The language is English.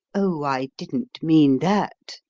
oh, i didn't mean that,